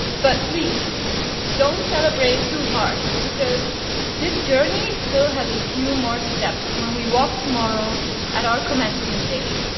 but please don't celebrate too hard because this journey still has a few more steps when we walk tomorrow at our commencement day.